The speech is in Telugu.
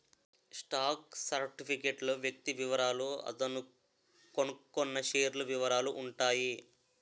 స్టాక్ సర్టిఫికేట్ లో వ్యక్తి వివరాలు అతను కొన్నకొన్న షేర్ల వివరాలు ఉంటాయి